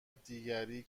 دیگری